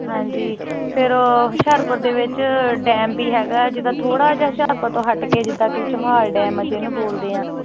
ਹਾਂਜੀ ਫਿਰ ਹੁਸ਼ਿਆਰਪੁਰ ਦੇ ਵਿੱਚ ਡੈਮ ਵੀ ਹੈਗਾ ਜਿਦਾਂ ਥੋੜਾ ਜਿਹਾ ਹੁਸ਼ਿਆਰਪੁਰ ਤੋਂ ਹੱਟ ਕੇ ਜਿੱਦਾਂ ਕਿ ਚੌਹਾਲ ਡੈਮ ਆ ਜਿਹਨੂੰ ਬੋਲਦੇ ਆਂ